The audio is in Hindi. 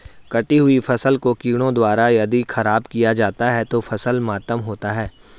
कटी हुयी फसल को कीड़ों द्वारा यदि ख़राब किया जाता है तो फसल मातम होता है